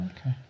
Okay